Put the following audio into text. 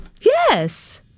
yes